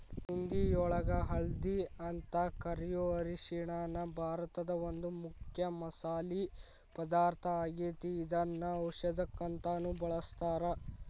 ಹಿಂದಿಯೊಳಗ ಹಲ್ದಿ ಅಂತ ಕರಿಯೋ ಅರಿಶಿನ ಭಾರತದ ಒಂದು ಮುಖ್ಯ ಮಸಾಲಿ ಪದಾರ್ಥ ಆಗೇತಿ, ಇದನ್ನ ಔಷದಕ್ಕಂತಾನು ಬಳಸ್ತಾರ